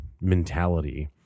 mentality